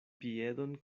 piedon